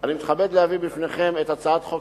אני מתכבד להביא בפניכם את הצעת חוק